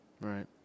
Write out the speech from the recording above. right